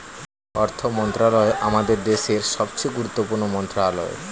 অর্থ মন্ত্রণালয় আমাদের দেশের সবচেয়ে গুরুত্বপূর্ণ মন্ত্রণালয়